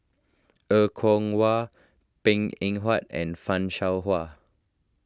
Er Kwong Wah Png Eng Huat and Fan Shao Hua